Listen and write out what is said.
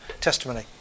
testimony